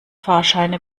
fahrscheine